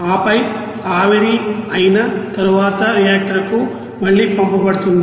ఆపై ఆవిరి అయిన తరువాత రియాక్టర్ కు మళ్లీ పంపబడుతుంది